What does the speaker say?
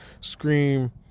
Scream